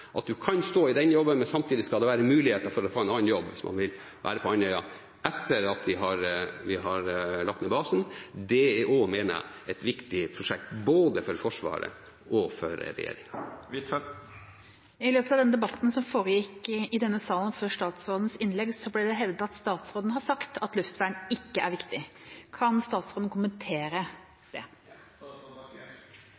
at man kan stå i en jobb, samtidig som det skal være mulighet for å få en annen jobb hvis man vil være på Andøya etter at vi har lagt ned basen. Det er også et viktig prosjekt, mener jeg, både for Forsvaret og for regjeringen. I løpet av debatten som foregikk her i salen før statsråden holdt sitt innlegg, ble det hevdet at statsråden har sagt at luftvern ikke er viktig. Kan statsråden kommentere